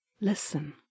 Listen